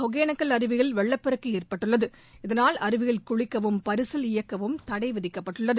ஒகேனக்கல் அருவியில் வெள்ளப்பெருக்கு ஏற்பட்டுள்ளது இதனால் அருவியில் குளிக்கவும் பரிசல் இயக்கவும் தடை விதிக்கப்பட்டுள்ளது